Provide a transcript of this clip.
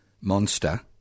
monster